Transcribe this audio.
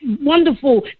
wonderful